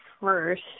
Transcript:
first